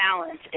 balance